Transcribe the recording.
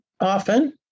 often